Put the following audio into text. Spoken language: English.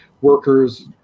workers